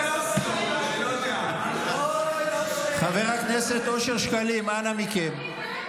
חבר הכנסת אושר שקלים, אנא מכם.